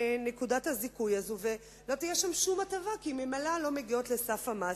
מנקודת הזיכוי הזו ולא תהיה שם שום הטבה כי ממילא הן לא מגיעות לסף המס.